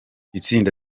itsinda